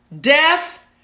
death